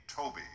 Toby